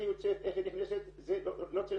איך היא יוצאת, איך היא נכנסת, לא --- איך.